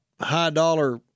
High-dollar